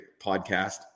podcast